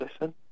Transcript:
listen